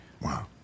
Wow